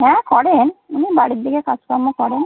হ্যাঁ করেন উনি বাড়ির দিকে কাজকর্ম করেন